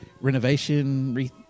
Renovation